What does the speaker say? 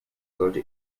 sollte